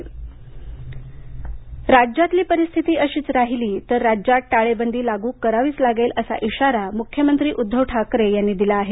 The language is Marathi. उद्धव ठाकरे संवाद परिस्थिती अशीच राहिली तर राज्यात टाळेबंदी लागू करावी लागेल असा इशारा मुख्यमंत्री उद्दव ठाकरे यांनी दिला आहे